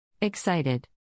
Excited